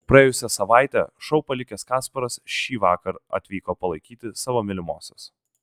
praėjusią savaitę šou palikęs kasparas šįvakar atvyko palaikyti savo mylimosios